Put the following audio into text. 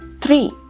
three